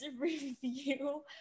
review